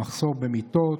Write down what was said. המחסור במיטות,